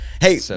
Hey